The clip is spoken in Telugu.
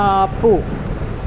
ఆపు